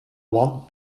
one